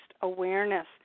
awareness